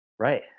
Right